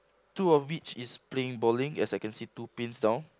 two of which is playing bowling as I can see two pins down